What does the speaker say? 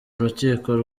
urukiko